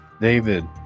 David